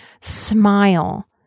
smile